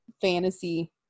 fantasy